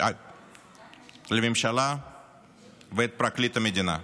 לממשלה ואת פרקליט המדינה.